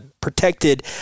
protected